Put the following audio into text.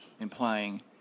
implying